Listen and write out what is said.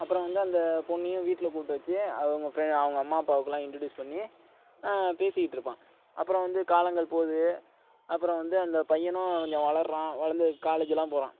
அப்புறம் வந்து அந்த பொண்ணையும் வீட்டில் கூப்பிட்டு வெச்சு அவங்க அவங்க அம்மா அப்பாக்கெல்லாம் இன்ட்ரிடுயூஸ் பண்ணி பேசிக்கிட்டிருப்பான் அப்புறம் வந்து காலங்கள் போது அப்புறம் வந்து அந்த பையனும் கொஞ்சம் வளர்கிறான் வளர்ந்து காலேஜ்லாம் போகிறான்